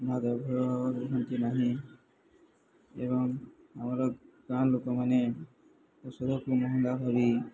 ଦେବର ରୁହନ୍ତି ନାହିଁ ଏବଂ ଆମର ଗାଁ ଲୋକମାନେ ପଶରକୁ ମହଙ୍ଗା ଭରି